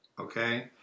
Okay